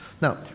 Now